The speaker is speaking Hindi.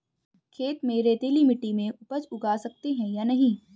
खेत में रेतीली मिटी में उपज उगा सकते हैं या नहीं?